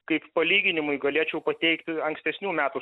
kaip palyginimui galėčiau pateikti ankstesnių metų